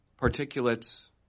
particulates